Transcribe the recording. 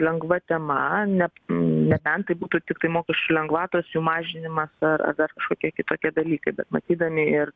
lengva tema ne nebent tai būtų tiktai mokesčių lengvatos jų mažinimas ar ar dar kažkokie kitokie dalykai bet matydami ir